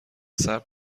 صبر